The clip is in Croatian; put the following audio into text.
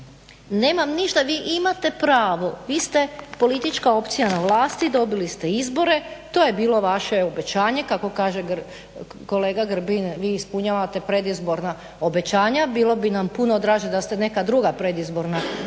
nemam ništa, vi imate pravo, vi ste politička opcija na vlasti, dobili ste izbore, to je bilo vaše obećanje kako kaže kolega Grbin vi ispunjavate predizborna obećanja. Bilo bi nam puno draže da ste neka druga predizborna obećanja